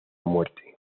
muerte